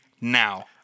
now